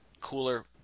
cooler